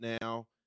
now